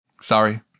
Sorry